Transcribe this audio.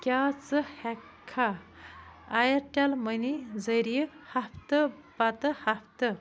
کیٛاہ ژٕ ہیٚکھہٕ کھا آیَرٹیٚل موٚنی ذریعہ ہفتہٕ پتہٕ ہفتہٕ